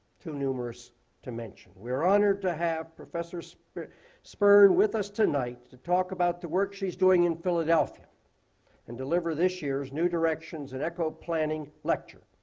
too numerous to mention. we're honored to have professor spirn spirn with us tonight to talk about the work she's doing in philadelphia and deliver this year's new directions in echo planning lecture.